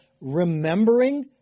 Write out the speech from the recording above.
remembering